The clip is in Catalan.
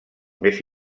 més